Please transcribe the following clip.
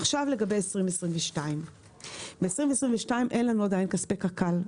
עכשיו לגבי 2022. ב-2022 אין לנו עדיין כספי קק"ל.